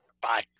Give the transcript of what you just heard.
bye